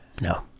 No